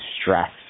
stress